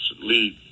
lead